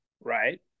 Right